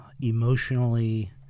emotionally